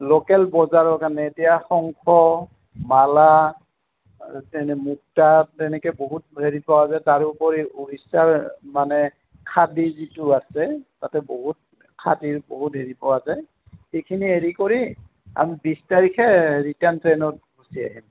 local বজাৰৰ কাৰণে এতিয়া শংখ মালা মুক্তা তেনেকৈ বহুত হেৰি পোৱা যায় তাৰোপৰি উৰিষ্যাৰ মানে খাদি যিটো আছে তাতে বহুত খাদিৰ বহুত হেৰি পোৱা যায় সেইখিনি হেৰি কৰি আমি বিছ তাৰিখে ৰিটাৰ্ণ ট্ৰেইনত গুচি আহিম